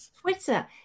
Twitter